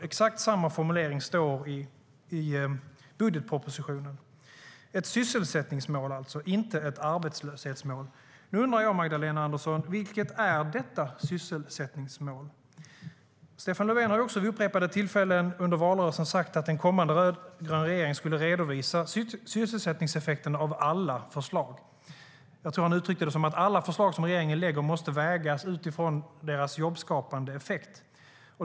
Exakt samma formulering står i budgetpropositionen. Det är alltså ett sysselsättningsmål, inte ett arbetslöshetsmål. Nu undrar jag, Magdalena Andersson: Vilket är detta sysselsättningsmål? Stefan Löfven har också vid upprepade tillfällen under valrörelsen sagt att en kommande rödgrön regering skulle redovisa sysselsättningseffekten av alla förslag. Jag tror att han uttryckte det som att alla förslag som regeringen lägger fram måste vägas utifrån sin jobbskapande effekt.